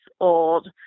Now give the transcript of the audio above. old